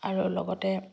আৰু লগতে